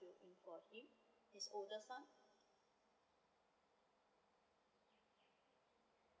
to do for him his older son